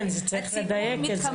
כן, צריך לדייק את זה.